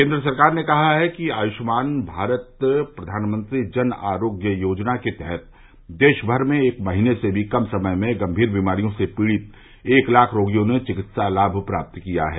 केन्द्र सरकार ने कहा है कि आयुष्मान भारत प्रवानमंत्री जन आरोग्य योजना के तहत देश भर में एक महीने से भी कम समय में गम्मीर बीमारियों से पीड़ित एक लाख रोगियों ने चिकित्सा लाम प्राप्त किया है